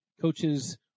Coaches